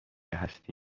هستی